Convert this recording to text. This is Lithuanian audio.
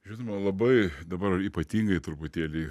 žinoma labai dabar ypatingai truputėlį